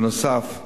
בנוסף,